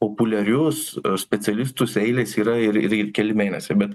populiarius specialistus eilės yra ir ir ir keli mėnesiai bet